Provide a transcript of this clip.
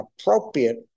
appropriate